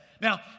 Now